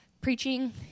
preaching